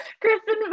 Kristen